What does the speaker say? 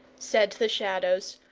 said the shadows,